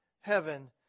heaven